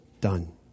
done